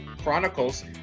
chronicles